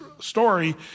story